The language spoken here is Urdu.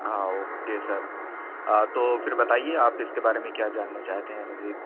اوکے سر تو پھر بتائیے آپ اس کے بارے میں کیا جاننا چاہتے ہیں مزید